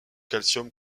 calcium